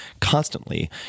constantly